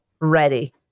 ready